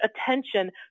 attention